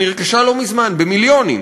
שנרכשה לא מזמן במיליונים.